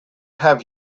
have